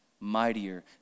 mightier